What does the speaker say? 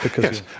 Yes